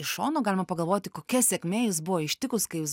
iš šono galima pagalvoti kokia sėkmė jūs buvo ištikus kai jūs